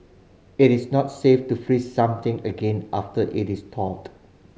it is not safe to freeze something again after it is thawed